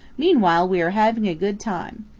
meanwhile we are having a good time.